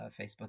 facebook